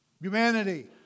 humanity